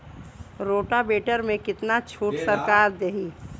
Rotavator में कितना छूट सरकार देही?